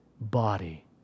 body